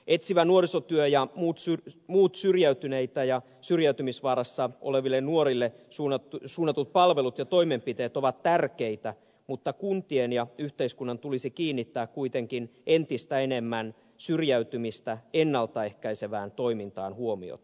etsivä nuorisotyö ja muut syrjäytyneille ja syrjäytymisvaarassa oleville nuorille suunnatut palvelut ja toimenpiteet ovat tärkeitä mutta kuntien ja yhteiskunnan tulisi kiinnittää kuitenkin entistä enemmän syrjäytymistä ennalta ehkäisevään toimintaan huomiota